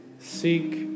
seek